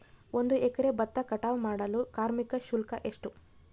ಒಂದು ಎಕರೆ ಭತ್ತ ಕಟಾವ್ ಮಾಡಲು ಕಾರ್ಮಿಕ ಶುಲ್ಕ ಎಷ್ಟು?